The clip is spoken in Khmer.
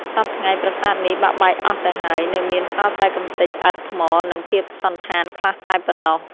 សព្វថ្ងៃ ប្រាសាទនេះ បាក់បែកអស់ទៅហើយ នៅមានសល់តែកម្ទេចឥដ្ឋ ថ្ម និងភាពសណ្ឋានខ្លះតែប៉ុណ្ណោះ ។